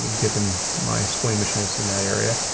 given my squeamishness in that area.